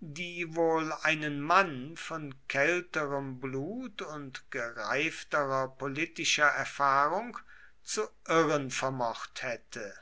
die wohl einen mann von kälterem blut und gereifterer politischer erfahrung zu irren vermocht hätte